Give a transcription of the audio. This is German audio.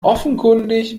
offenkundig